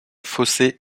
fossés